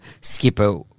skipper